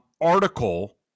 article